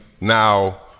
now